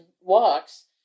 walks